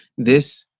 this,